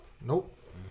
Nope